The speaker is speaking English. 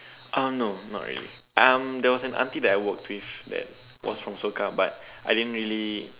um no not really um there was an auntie that I work with that was from Soka but I didn't really